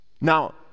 Now